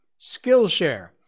Skillshare